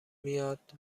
میاد